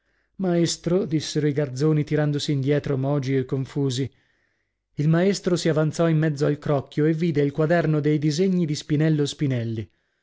maestro dissero i garzoni tirandosi indietro mogi e confusi il maestro si avanzò in mezzo al crocchio e vide il quaderno dei disegni di spinello spinelli